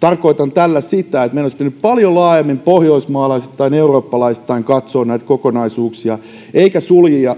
tarkoitan tällä sitä että meidän olisi pitänyt paljon laajemmin pohjoismaalaisittain ja eurooppalaisittain katsoa näitä kokonaisuuksia eikä